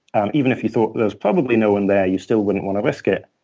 and even if you thought there was probably no one there, you still wouldn't want to risk it.